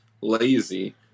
lazy